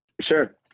Sure